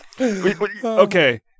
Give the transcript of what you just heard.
Okay